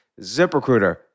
ZipRecruiter